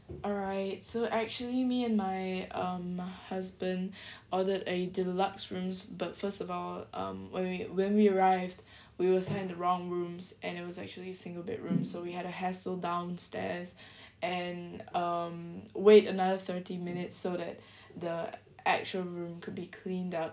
alright so actually me and my um husband ordered a deluxe rooms but first of all um when we when we arrived we were sent the wrong rooms and it was actually single bedroom so we had a hassle downstairs and um wait another thirty minutes so that the actual room could be cleaned up